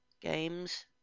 games